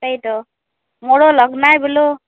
তাকেইতো মোৰো লগ নাই বোলো